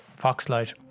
Foxlight